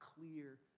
clear